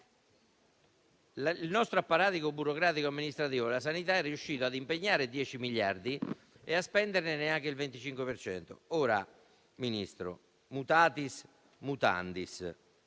il nostro apparato burocratico amministrativo della sanità è riuscito a impegnare 10 miliardi e spenderne neanche il 25 per cento. Ministro, *mutatis mutandis*